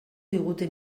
digute